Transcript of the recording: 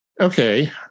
Okay